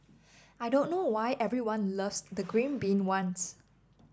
I don't know why everyone loves the green bean ones